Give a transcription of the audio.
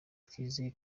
twizeye